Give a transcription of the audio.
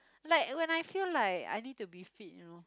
like when I feel like I need to be fit you know